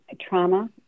trauma